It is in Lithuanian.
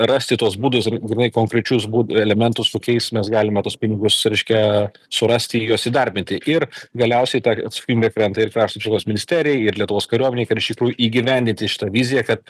rasti tuos būdus ir grynai konkrečius būd elementus kokiais mes galime tuos pinigus reiškia surasti juos įdarbinti ir galiausiai ta atsakomybė krenta ir krašto apsaugos ministerijai ir lietuvos kariuomenei ir iš tikrųjų įgyvendinti viziją kad